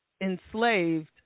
enslaved